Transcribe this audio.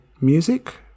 music